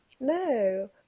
No